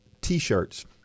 t-shirts